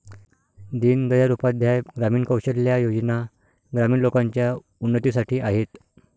दीन दयाल उपाध्याय ग्रामीण कौशल्या योजना ग्रामीण लोकांच्या उन्नतीसाठी आहेत